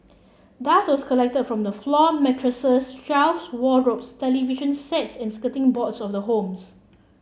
dust was collected from the floor mattresses shelves wardrobes television sets and skirting boards of the homes